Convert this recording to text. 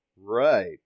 Right